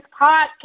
podcast